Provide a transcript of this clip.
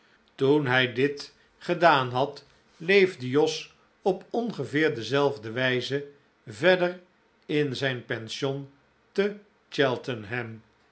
toen hij d t gedaan had leefde jos op ongeveer dezelfde wijze verder in zijn pension te cheltenham